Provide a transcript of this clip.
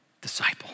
disciple